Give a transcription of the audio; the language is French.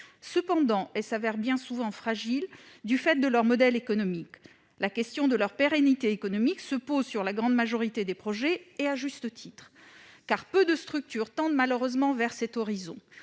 Cependant, elles se révèlent bien souvent fragiles du fait de leur modèle économique. La question de leur pérennité économique se pose pour la grande majorité des projets, à juste titre, car peu de structures tendent malheureusement vers cet horizon.